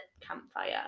campfire